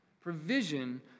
provision